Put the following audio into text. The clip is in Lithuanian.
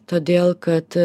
todėl kad